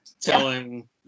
telling